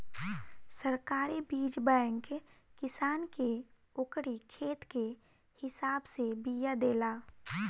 सरकारी बीज बैंक किसान के ओकरी खेत के हिसाब से बिया देला